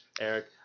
Eric